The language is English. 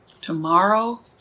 tomorrow